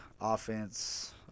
offense